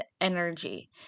energy